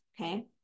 Okay